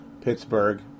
Pittsburgh